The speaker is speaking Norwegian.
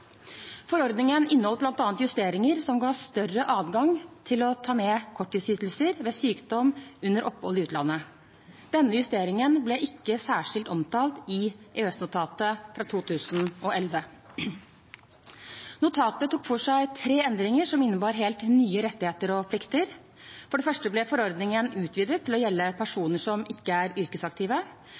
Forordningen inneholdt bl.a. justeringer som ga større adgang til å ta med korttidsytelser ved sykdom under opphold i utlandet. Denne justeringen ble ikke særskilt omtalt i EØS-notatet fra 2011. Notatet tok for seg tre endringer, som innebar helt nye rettigheter og plikter: For det første ble forordningen utvidet til å gjelde personer som ikke har vært yrkesaktive.